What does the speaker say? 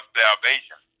salvation